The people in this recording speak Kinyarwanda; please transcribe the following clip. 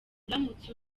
uramutse